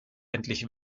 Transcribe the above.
endlich